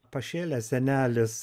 pašėlęs senelis